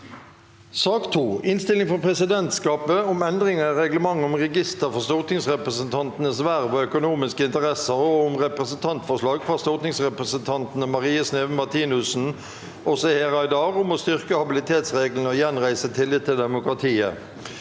2. Innstilling fra Stortingets presidentskap om endringer i Reglement om register for stortingsrepresentantenes verv og økonomiske interesser og om Representantforslag fra stortingsrepresentantene Marie Sneve Martinussen og Seher Aydar om å styrke habilitetsreglene og gjenreise tillit til demokratiet